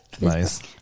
Nice